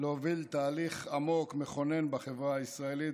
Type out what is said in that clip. להוביל תהליך עמוק, מכונן, בחברה הישראלית.